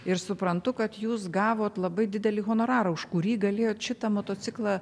ir suprantu kad jūs gavot labai didelį honorarą už kurį galėjot šitą motociklą